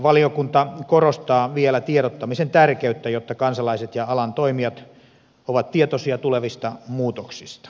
valiokunta korostaa vielä tiedottamisen tärkeyttä jotta kansalaiset ja alan toimijat ovat tietoisia tulevista muutoksista